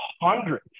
hundreds